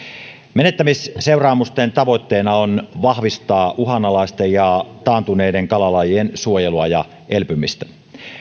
menettämisseuraamusten tavoitteena on vahvistaa uhanalaisten ja taantuneiden kalalajien suojelua ja elpymistä